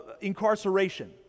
incarceration